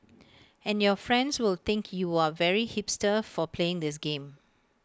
and your friends will think you are very hipster for playing this game